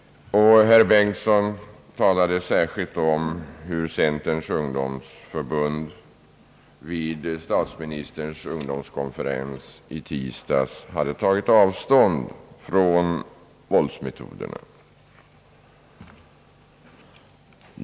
Herr Bengtson talade särskilt om hur centerns ungdomsförbund vid statsministerns ungdomskonferens i tisdags hade tagit avstånd från våldsmetoderna.